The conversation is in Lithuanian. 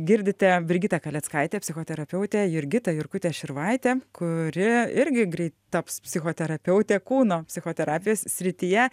girdite brigitą kaleckaitę psichoterapeutę jurgitą jurkutę širvaitę kuri irgi greit taps psichoterapeute kūno psichoterapijos srityje